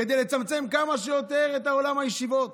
כדי לצמצם כמה שיותר את עולם הישיבות.